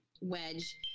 wedge